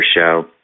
show